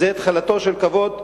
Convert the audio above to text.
זו תחילתו של כבוד הדדי,